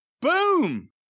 Boom